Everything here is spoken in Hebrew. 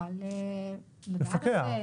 תוכל --- לפקח, לדעת.